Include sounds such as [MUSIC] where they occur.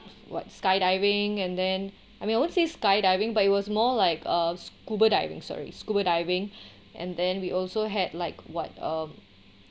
what skydiving and then I mean I won't say skydiving but it was more like a scuba diving sorry scuba diving [BREATH] and then we also had like what um